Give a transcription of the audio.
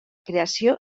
creació